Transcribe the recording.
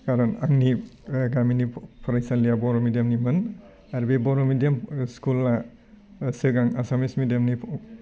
खारन आंनि गामिनि फरायसालिया बर' मेदियामनिमोन आरो बे बर' मेदियाम स्कुला सिगां आसामिस मेदियामनि